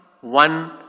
one